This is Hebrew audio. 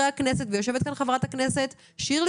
אבל אני חושבת שמאוד חשוב להשאיר גם